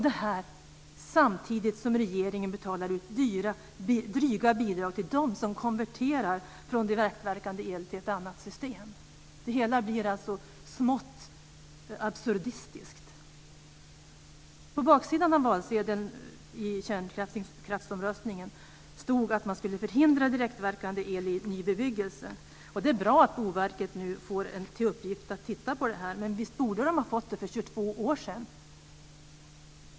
Det här sker samtidigt som regeringen betalar ut dryga bidrag till dem som konverterar från direktverkande el till ett annat system. Det hela blir smått absurdistiskt. På baksidan av valsedeln i kärnkraftsomröstningen stod det att man skulle förhindra direktverkande el i ny bebyggelse. Det är bra att Boverket nu får i uppgift att titta på det här, men visst borde man ha fått det för 22 år sedan!